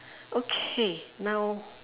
okay now